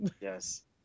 Yes